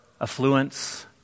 affluence